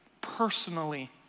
personally